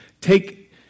take